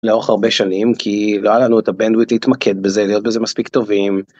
לאורך הרבה שנים כי לא היה לנו את הבנדוויט (רוחב סרט) להתמקד בזה להיות בזה מספיק טובים.